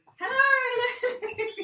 Hello